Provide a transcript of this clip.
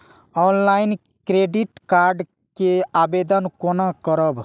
Online credit card के आवेदन कोना करब?